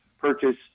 purchase